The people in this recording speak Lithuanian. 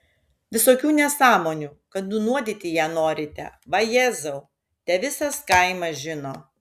visokių nesąmonių kad nunuodyti ją norite vajezau te visas kaimas žino